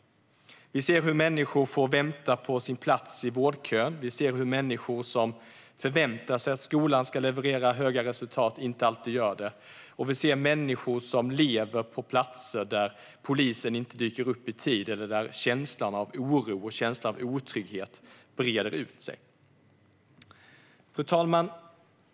Vi ser hur människor får vänta på sin plats i vårdkön. Vi ser att människor förväntar sig att skolan ska leverera höga resultat, vilket den inte alltid gör. Vi ser människor som lever på platser där polisen inte dyker upp i tid eller där känslan av oro och otrygghet breder ut sig. Fru talman!